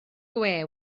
gwe